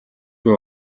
буй